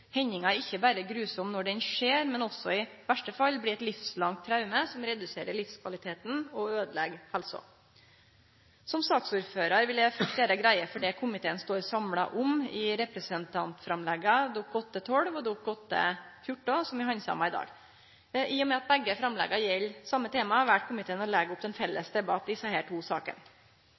hendinga ikkje berre er grufull når ho skjer, men også i verste fall blir eit livslangt traume som reduserer livskvaliteten og øydelegg helsa. Som ordførar for saka vil eg først gjere greie for det komiteen står samla om i representantframlegga Dokument 8:12 S og Dokument 8:14 S, som vi handsamar i dag. I og med at begge framlegga gjeld same tema, valde komiteen å leggje opp til ein felles debatt i desse to